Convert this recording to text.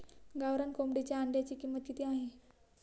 गावरान कोंबडीच्या अंड्याची किंमत किती आहे?